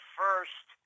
first